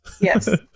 yes